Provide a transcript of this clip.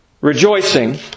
rejoicing